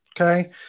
okay